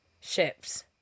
ships